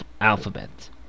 alphabet